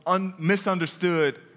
misunderstood